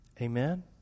amen